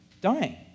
dying